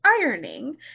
ironing